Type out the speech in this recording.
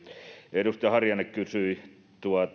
edustaja harjanne kysyi